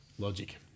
Logic